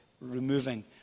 removing